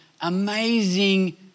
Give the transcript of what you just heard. amazing